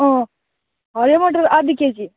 अँ हरियो मटर आधा केजी